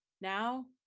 Now